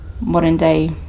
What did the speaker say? modern-day